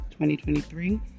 2023